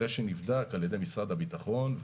אחרי שנבדק על ידי משרד הביטחון,